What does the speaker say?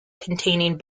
containing